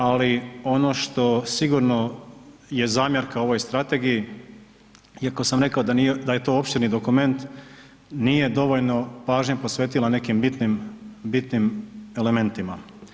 Ali ono što je sigurno zamjerka ovoj strategiji, iako sam rekao da je to opširni dokument, nije dovoljno pažnje posvetila nekim bitnim elementima.